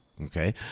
okay